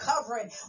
covering